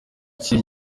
cye